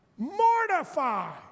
Mortify